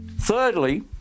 Thirdly